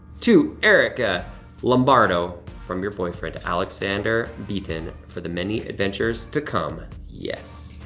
to erica lombardo from your boyfriend, alexander beeton, for the many adventures to come, yes.